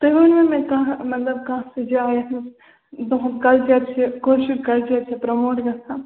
تُہۍ ؤنوا مےٚ کانہہ مطلب کانہہ سُہ جاے یَتھ منزتُہنٛد کَلچر چھُ کٲشُر کَلچر چھُ پَرٛموٹ گَژھان